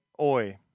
oi